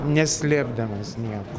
neslėpdamas nieko